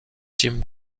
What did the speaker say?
ten